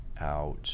out